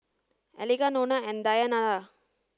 Eliga Nona and Dayanara